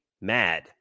mad